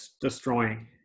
destroying